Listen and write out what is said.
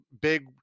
big